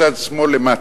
מצד שמאל למטה,